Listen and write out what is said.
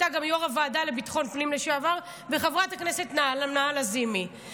לוועדה לביטחון לאומי להכנה לקריאה ראשונה.